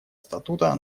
статута